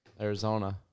Arizona